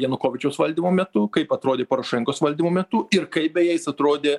janukovyčiaus valdymo metu kaip atrodė porošenkos valdymo metu ir kaip beje jis atrodė